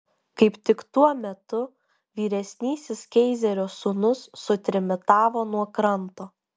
kaip tik tuo metu vyresnysis keizerio sūnus sutrimitavo nuo kranto